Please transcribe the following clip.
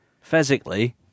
physically